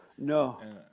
No